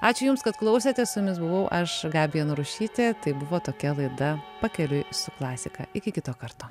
ačiū jums kad klausėtės su jumis buvau aš gabija narušytė tai buvo tokia laida pakeliui su klasika iki kito karto